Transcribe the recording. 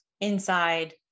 Inside